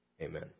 Amen